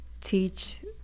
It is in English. teach